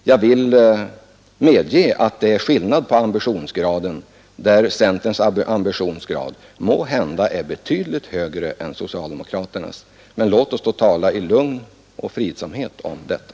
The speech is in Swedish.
Jag medger att det föreligger en skillnad i fråga om ambitionsgrad — centerns ambitionsgrad är måhända betydligt högre än socialdemokraternas. Men låt oss då tala i lugn och fridsamhet om detta.